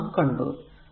അത് നാം കണ്ടു